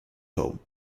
home